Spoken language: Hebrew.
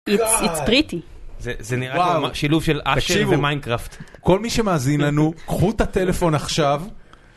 זה נראה לי כמו שילוב של אשי ומיינקראפט. כל מי שמאזין לנו, קחו את הטלפון עכשיו.